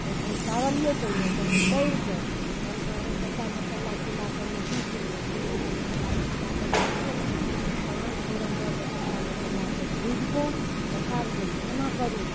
तहन तरलिए पहिने तहन तरिकऽ तहन कहलिअनि सबटा मसल्ला सिल्लापरमे पीसि लिअऽ तहन सबटा मसल्लाके सिल्लापर पीसि लेलखिन तहन फोरन दऽ कऽ सबटा मसल्लाके भुजिकऽ देखाबिअनि जे एना करू